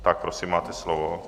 Tak prosím, máte slovo.